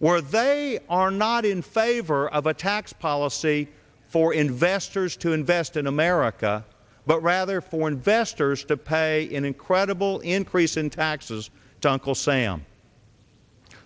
where they are not in favor of a tax policy for investors to invest in america but rather for investors to pay in incredible increase in taxes to uncle sam